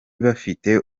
bafite